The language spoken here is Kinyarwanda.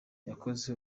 yakoze